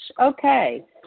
Okay